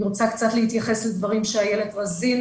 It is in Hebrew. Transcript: אני רוצה להתייחס לדברים שאיילת רזין